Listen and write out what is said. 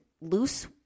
loose